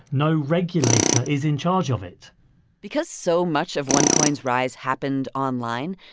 no regulator is in charge of it because so much of onecoin's rise happened online,